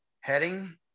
heading